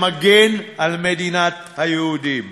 שמגן על מדינת היהודים,